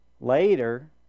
Later